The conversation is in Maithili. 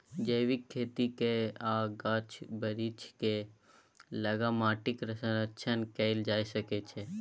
जैबिक खेती कए आ गाछ बिरीछ केँ लगा माटिक संरक्षण कएल जा सकै छै